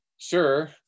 Sure